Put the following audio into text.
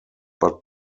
but